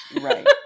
Right